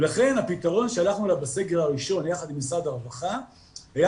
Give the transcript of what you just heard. ולכן הפתרון שהלכנו אליו בסגר הראשון יחד עם משרד הרווחה היה